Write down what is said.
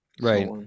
right